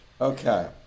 Okay